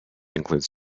includes